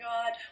God